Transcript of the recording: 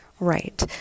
Right